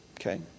okay